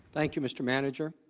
thank you mr. manager